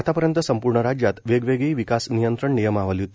आतापर्यंत संपूर्ण राज्यात वेगवेगळी विकास नियंत्रण नियमावली होती